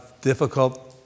difficult